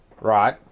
right